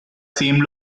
same